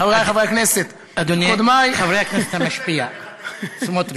חברי חברי הכנסת, חבר הכנסת המשפיע סמוטריץ.